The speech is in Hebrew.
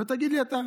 תגיד לי אתה.